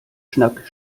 schnack